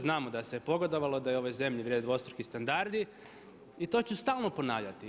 Znamo da se pogodovalo, da je ovoj zemlji vrijede dvostruki standardi, i to ću stalno ponavljati.